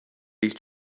these